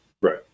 right